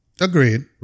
Agreed